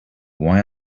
why